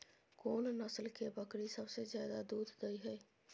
कोन नस्ल के बकरी सबसे ज्यादा दूध दय हय?